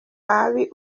ahabi